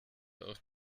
auch